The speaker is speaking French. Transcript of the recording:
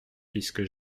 puisque